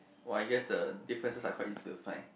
oh I guess the differences are quite easy to find